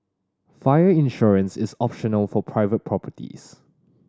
fire insurance is optional for private properties